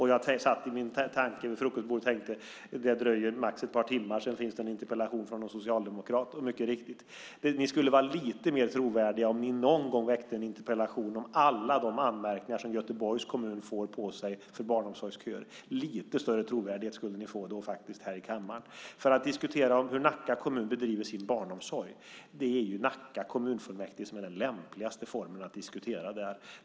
Jag satt vid frukostbordet och tänkte: Det dröjer max ett par timmar innan det kommer en interpellation från någon socialdemokrat. Mycket riktigt! Ni skulle vara lite mer trovärdiga om ni någon gång väckte en interpellation om alla de anmärkningar som Göteborgs kommun får på sig för barnomsorgsköer. Lite större trovärdighet skulle ni då få i kammaren. Ska man diskutera hur Nacka kommun driver sin barnomsorg är Nacka kommunfullmäktige den lämpligaste platsen för det.